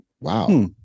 Wow